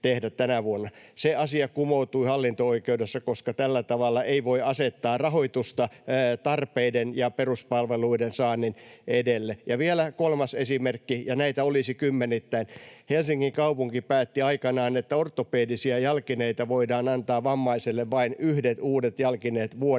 Se asia kumoutui hallinto-oikeudessa, koska tällä tavalla ei voi asettaa rahoitusta tarpeiden ja peruspalveluiden saannin edelle. Ja vielä kolmas esimerkki — ja näitä olisi kymmenittäin: Helsingin kaupunki päätti aikanaan, että ortopedisia jalkineita voidaan antaa vammaiselle vain yhdet uudet jalkineet vuodessa.